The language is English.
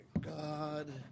God